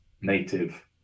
native